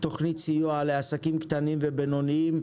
תוכנית סיוע לעסקים קטנים ובינוניים,